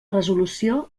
resolució